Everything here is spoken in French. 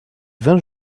vingt